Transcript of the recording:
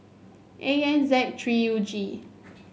A N Z three U G